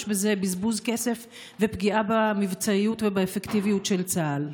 יש בזה בזבוז כסף ופגיעה במבצעיות ובאפקטיביות של צה"ל.